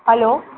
hello